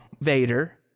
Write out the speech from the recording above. vader